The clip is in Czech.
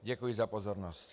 Děkuji za pozornost.